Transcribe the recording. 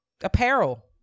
apparel